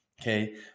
Okay